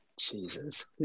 Jesus